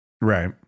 Right